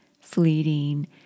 fleeting